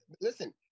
Listen